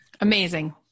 Amazing